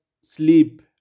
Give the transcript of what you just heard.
sleep